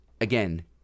again